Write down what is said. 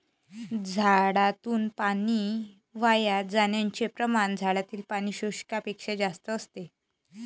झाडातून पाणी वाया जाण्याचे प्रमाण झाडातील पाणी शोषण्यापेक्षा जास्त असते